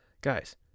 Guys